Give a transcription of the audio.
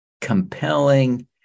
compelling